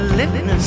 living